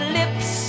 lips